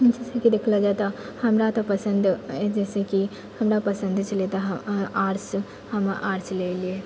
ओना देखलो जाइ तऽ हमरा तऽ पसन्द अछि जैसे कि हमरा पसन्द छलै आर्ट्स हम आर्टस लए लेली